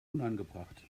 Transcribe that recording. unangebracht